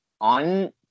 on